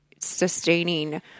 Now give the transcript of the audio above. sustaining